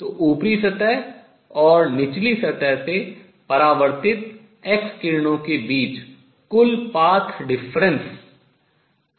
तो ऊपरी सतह और निचली सतह से परावर्तित एक्स किरणों के बीच कुल path difference पथांतर 2dSinθ है